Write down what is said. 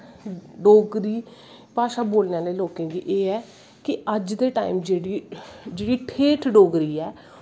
डोगरी भाशा बोलनें लेई लोकें गी एह् ऐ कि अज्ज दे टाईम जेह्ड़ी ठेठ डोगरी ऐ